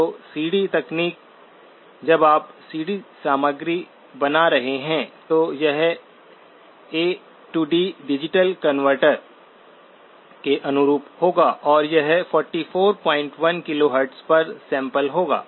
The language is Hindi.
तो सीडी तकनीक जब आप सीडी सामग्री बना रहे हैं तो यह A D digital converter AD digital converter के अनुरूप होगा और यह 441 KHz पर सैंपल होगा